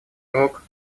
урок